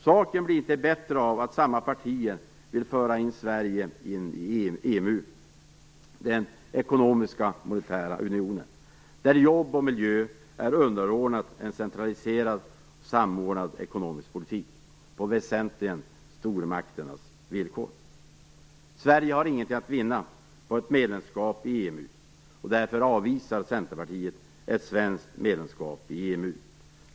Saken blir inte bättre av att samma partier vill föra in Sverige i EMU - den ekonomiska monetära unionen, där jobb och miljö är underordnade en centraliserad och samordnad ekonomisk politik, väsentligen på stormakternas villkor. Sverige har inget att vinna på ett medlemskap i EMU. Därför avvisar Centerpartiet ett svenskt medlemskap i EMU.